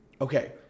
okay